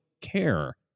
care